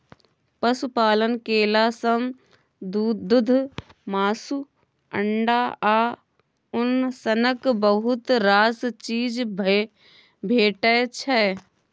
पशुपालन केला सँ दुध, मासु, अंडा आ उन सनक बहुत रास चीज भेटै छै